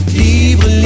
libre